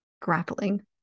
grappling